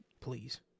Please